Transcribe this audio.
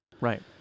Right